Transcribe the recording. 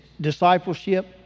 discipleship